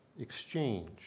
exchange